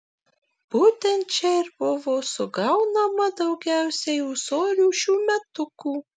būtent čia ir buvo sugaunama daugiausiai ūsorių šiųmetukų